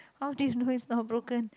how do you know it's not broken